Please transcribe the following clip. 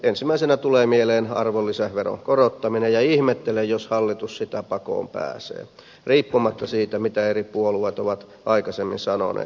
ensimmäisenä tulee mieleen arvonlisäveron korottaminen ja ihmettelen jos hallitus sitä pakoon pääsee riippumatta siitä mitä eri puolueet ovat aikaisemmin sanoneet